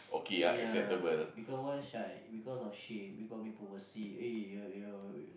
ya because why shy because of shame because people will see eh your your